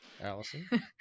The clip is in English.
Allison